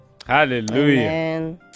Hallelujah